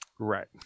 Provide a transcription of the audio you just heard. Right